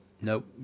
nope